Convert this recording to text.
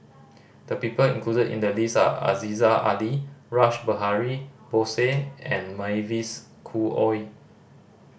the people included in the list are Aziza Ali Rash Behari Bose and Mavis Khoo Oei